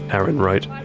aaron wrote,